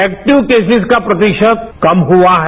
active cases का प्रतिशत कम हुआ है